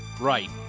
right